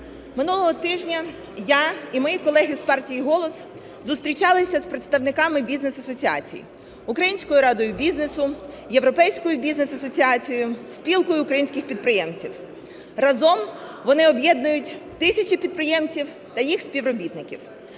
Минулого тижня я і мої колеги з партії "Голос" зустрічались з представниками бізнес-асоціацій: Українською радою бізнесу, Європейською Бізнес Асоціацією, Спілкою українських підприємців. Разом вони об'єднують тисячі підприємців та їх співробітників.